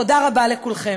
תודה רבה לכולכם.